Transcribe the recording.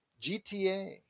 GTA